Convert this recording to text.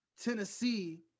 Tennessee